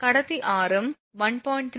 கடத்தி ஆரம் 1